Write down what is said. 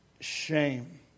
shame